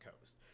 Coast